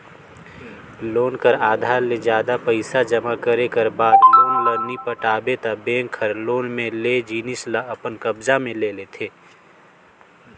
loan कर आधा ले जादा पइसा जमा करे कर बाद लोन ल नी पटाबे ता बेंक हर लोन में लेय जिनिस ल अपन कब्जा म ले लेथे